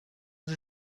sie